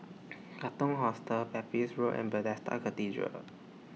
Katong Hostel Pepys Road and Bethesda Cathedral